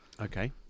Okay